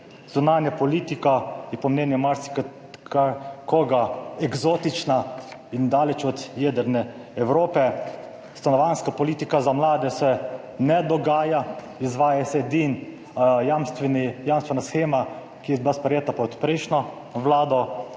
Zunanja politika je po mnenju marsikoga eksotična in daleč od jedrne Evrope. Stanovanjska politika za mlade se ne dogaja, izvaja se edino jamstvena shema, ki je bila sprejeta pod prejšnjo vlado.